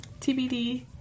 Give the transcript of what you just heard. TBD